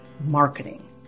Marketing